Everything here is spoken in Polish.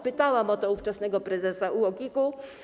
Pytałam o to ówczesnego prezesa UOKiK-u.